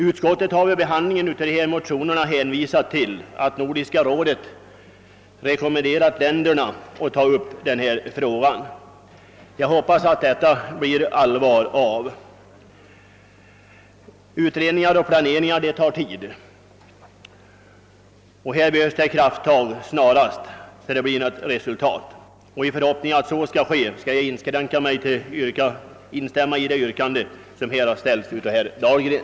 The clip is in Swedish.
Utskottet har vid behandlingen av dessa motioner hänvisat till att Nordiska rådet rekommenderat länderna att ta upp denna fråga. Jag hoppas att det blir allvar av med det. Utredningar och planeringar tar tid, och här behövs det krafttag snarast, så att det blir något resultat. I förhoppning att så skall ske, skall jag inskränka mig till att instämma i det yrkande som här har framställts av herr Dahlgren.